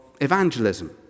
evangelism